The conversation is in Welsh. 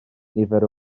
nifer